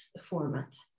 format